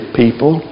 people